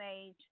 age